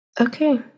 Okay